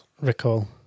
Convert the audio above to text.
Recall